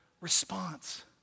response